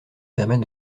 permet